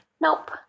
Nope